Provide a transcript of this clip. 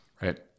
Right